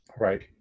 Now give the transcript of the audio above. Right